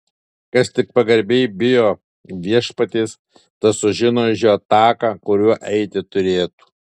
kas tik pagarbiai bijo viešpaties tas sužino iš jo taką kuriuo eiti turėtų